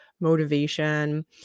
motivation